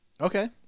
Okay